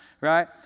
right